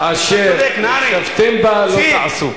"כמעשה ארץ מצרים אשר ישבתם בה לא תעשו".